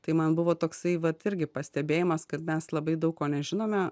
tai man buvo toksai vat irgi pastebėjimas kad mes labai daug ko nežinome